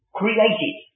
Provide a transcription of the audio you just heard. created